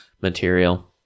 material